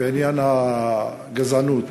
בעניין הגזענות,